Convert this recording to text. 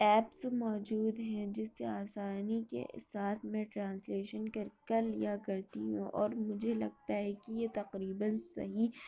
apps موجود ہیں جس سے آسانی کے ساتھ میں ٹرانسلیشن کر کر لیا کرتی ہوں اور مجھے لگتا ہے کہ یہ تقریباً صحیح